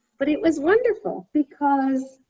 but it was wonderful because